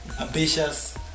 ambitious